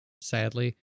sadly